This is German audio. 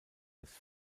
des